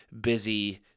busy